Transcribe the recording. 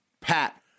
Pat